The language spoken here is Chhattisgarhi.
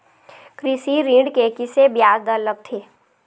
कृषि ऋण के किसे ब्याज दर लगथे?